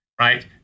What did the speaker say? right